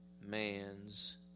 man's